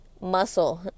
muscle